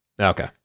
Okay